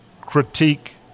critique